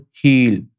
heal